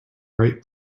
right